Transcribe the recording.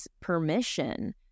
permission